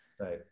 Right